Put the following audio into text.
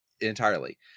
entirely